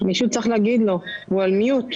ועד שיהיו לנו מחלקות ביות